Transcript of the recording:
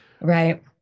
right